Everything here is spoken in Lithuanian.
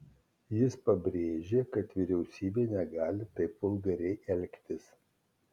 jis pabrėžė kad vyriausybė negali taip vulgariai elgtis